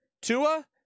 Tua